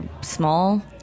small